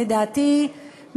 לדעתי,